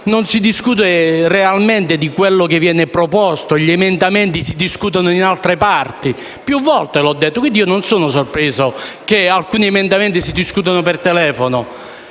non si discute realmente di quello che viene proposto; gli emendamenti si discutono da altre parti. Più volte l'ho detto, quindi non sono sorpreso che alcuni emendamenti si discutano per telefono.